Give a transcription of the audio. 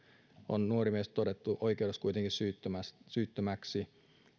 on nuori mies todettu oikeudessa kuitenkin syyttömäksi syyttömäksi